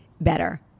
better